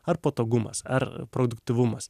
ar patogumas ar produktyvumas